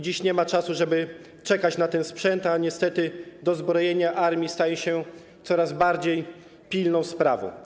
Dziś nie ma czasu, żeby czekać na ten sprzęt, a niestety dozbrojenie armii staje się coraz bardziej pilną sprawą.